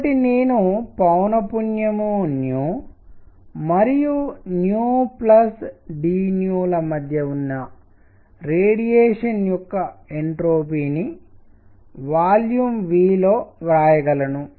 కాబట్టి నేను పౌనఃపున్యం మరియు d ల మధ్య ఉన్న రేడియేషన్ యొక్క ఎంట్రోపీ ని వాల్యూమ్ V లో వ్రాయగలను